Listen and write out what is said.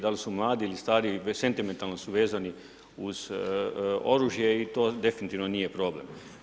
Da li su mladi ili stari, sentimentalno su vezani uz oružje i to definitivno nije problem.